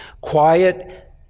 quiet